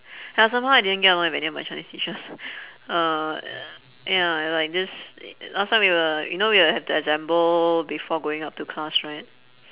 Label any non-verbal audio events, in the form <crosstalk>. ya somehow I didn't get along with any of my chinese teachers uh <noise> ya and i~ like this last time we were you know we will have to assemble before going up to class right